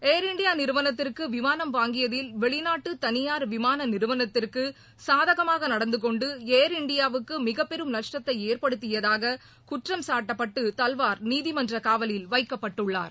ஏர்இண்டியாநிறுவனத்திற்குவிமானம் வாங்கியதில் வெளிநாட்டுதனியார் விமானநிறுவனத்திற்குசாதகமாகநடந்துகொண்டு ஏர்இண்டியாவுக்குமிகப்பெரும் நஷ்டத்தைஏற்படுத்தியதாககுற்றம் சாட்டப்பட்டுதல்வார் நீதிமன்றகாவலில் வைக்கப்பட்டுள்ளார்